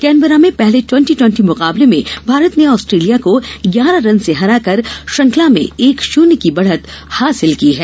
Canberra में पहले twenty twenty मुकाबले में भारत ने ऑस्ट्रेलिया को ग्यारह रन से हराकर श्रृंखला में एक शुन्य की बढ़त हासिल की है